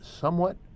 somewhat